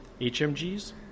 HMGs